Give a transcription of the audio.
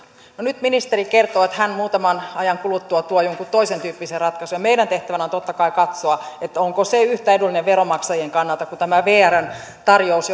no nyt ministeri kertoo että hän muutaman ajan kuluttua tuo jonkun toisentyyppisen ratkaisun ja meidän tehtävänämme on totta kai katsoa onko se yhtä edullinen veronmaksajien kannalta kuin tämä vrn tarjous